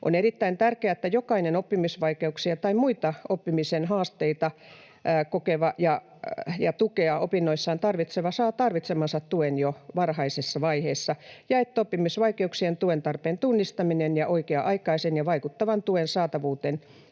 On erittäin tärkeää, että jokainen oppimisvaikeuksia tai muita oppimisen haasteita kokeva ja tukea opinnoissaan tarvitseva saa tarvitsemansa tuen jo varhaisessa vaiheessa ja että oppimisvaikeuksien tuen tarpeen tunnistamiseen ja oikea-aikaisen ja vaikuttavan tuen saatavuuden